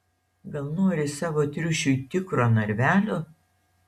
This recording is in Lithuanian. gal nori savo triušiui tikro narvelio